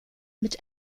mit